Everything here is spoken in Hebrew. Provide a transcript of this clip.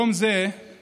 יום זה הפך,